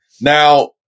Now